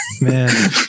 Man